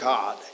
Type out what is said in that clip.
God